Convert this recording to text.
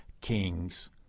kings